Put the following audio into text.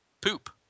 poop